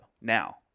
now